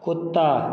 कुत्ता